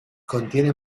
contiene